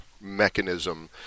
mechanism